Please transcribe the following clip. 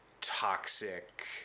toxic